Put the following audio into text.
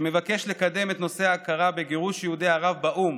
שמבקש לקדם את נושא ההכרה בגירוש יהודי ערב באו"ם,